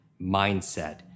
Mindset